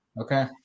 Okay